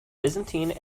byzantine